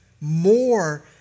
more